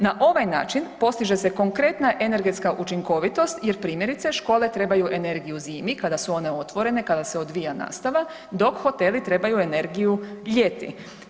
Na ovaj način postiže se konkretna energetska učinkovitost jer primjerice škole trebaju energiju zimi kada su one otvorene kada se odvija nastava, dok hoteli trebaju energiju ljeti.